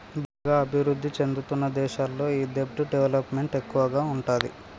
బాగా అభిరుద్ధి చెందుతున్న దేశాల్లో ఈ దెబ్ట్ డెవలప్ మెంట్ ఎక్కువగా ఉంటాది